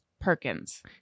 Perkins